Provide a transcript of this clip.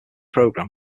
program